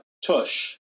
tush